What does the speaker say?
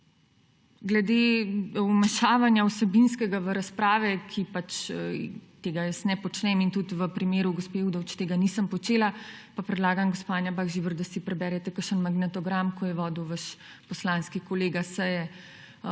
Glede vmešavanja vsebinskega v razprave, tega jaz ne počnem in tudi v primeru gospe Udovč tega nisem počela, pa predlagam, gospa Anja Bah Žibert, da si preberete kakšen magnetogram seje, ko je vodil vaš poslanski kolega,